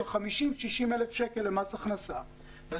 50,000 שקלים למס ההכנסה בחודשי הקיץ,